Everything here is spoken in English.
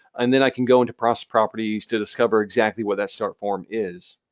and then i can go into process properties to discover exactly what that start form is.